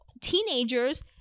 teenagers